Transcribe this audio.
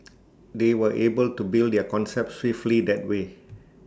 they were able to build their concept swiftly that way